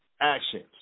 actions